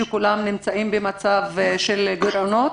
שם כולם נמצאים במצב של גירעונות.